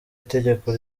itegeko